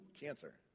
cancer